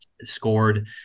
scored